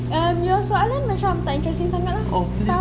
your soalan macam tak interesting sangat lah